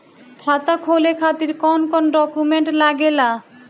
खाता खोले खातिर कौन कौन डॉक्यूमेंट लागेला?